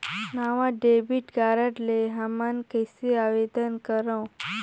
नवा debit card ले हमन कइसे आवेदन करंव?